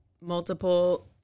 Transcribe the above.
multiple